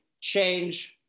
change